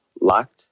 locked